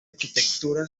arquitectura